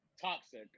toxic